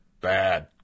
bad